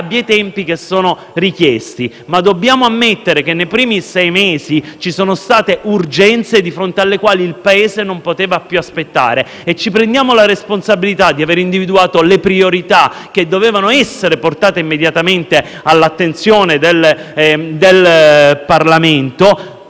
dei tempi richiesti. Dobbiamo, però, ammettere che nei primi sei mesi ci sono state urgenze di fronte alle quali il Paese non poteva più aspettare. Noi ci assumiamo la responsabilità di aver individuato le priorità che dovevano essere portate immediatamente all'attenzione del Parlamento,